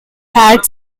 had